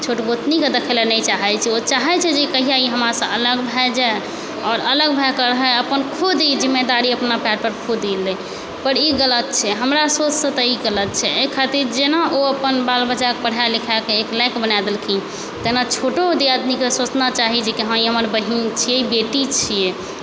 छोट गोतनीके देखै ला नहि चाहै छै चाहै छै जे कहिआ हमरासँ ई अलग भए जाए आओर अलग भए कऽ रहै अपन खुद ई जिम्मेदारी के अपना पैर पर खुद ई लै पर ई गलत छै हमरा सोचसँ तऽ ई गलत छै एहि खातिर जेना ओ अपन बाल बच्चाकेँ पढ़ा लिखा कए एक लायक बना देलखिन तेना छोटो दियादिनीके सोचना चाही जे हँ ई हमर बहिन छियै ई हमर बेटी छियै